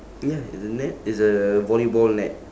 ya it's the net is a volleyball net